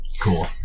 Cool